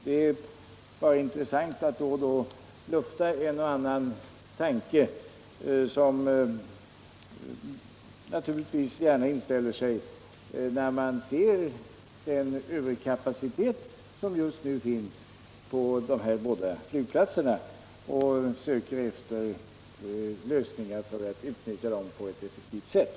Det är bara intressant att då och då lufta en och annan tanke som gärna inställer sig när man ser den överkapacitet som just nu finns på dessa båda flygplatser. Vi söker efter lösningar för att utnyttja dem på ett effektivt sätt.